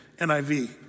NIV